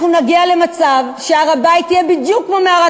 אנחנו נגיע למצב שהר-הבית יהיה בדיוק כמו מערת